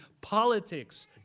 politics